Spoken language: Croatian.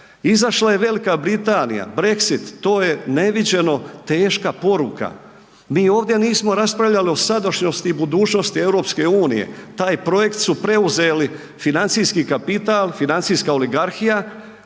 Izašla je Velika Britanija, Brexit to je neviđeno teška poruka. Mi ovdje nismo raspravljali o sadašnjosti i budućnosti EU, taj projekt su preuzeli financijski kapital, financijska oligarhija,